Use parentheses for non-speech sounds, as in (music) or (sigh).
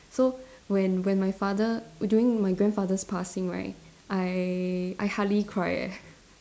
so when when my father during my grandfather's passing right I I hardly cry eh (laughs)